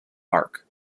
park